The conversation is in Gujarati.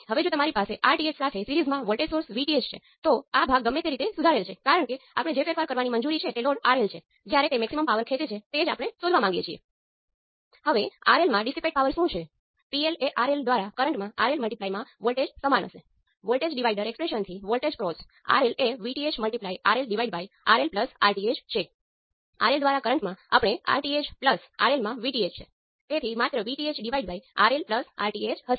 હવે અહીં વોલ્ટેજ V1 અને ત્યાં I2 પરનો કરંટ પણ લાગુ પડેલા ઇન્ડિપેન્ડન્ટ સોર્સના લિનિયર કોમ્બિનેશન હશે